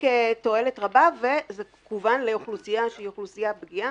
כאשר הפיק תועלת רבה וזה כוון לאוכלוסייה פגיעה.